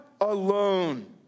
alone